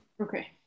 okay